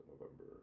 November